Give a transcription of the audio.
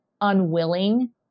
unwilling